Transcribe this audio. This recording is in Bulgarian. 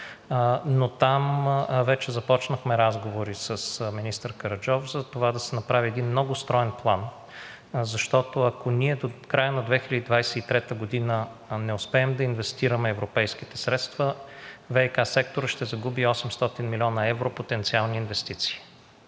но там вече започнахме разговори с министър Караджов за това да се направи един много строен план. Защото ако ние до края на 2023 г. не успеем да инвестираме европейските средства, ВиК секторът ще загуби 800 млн. евро потенциални инвестиции,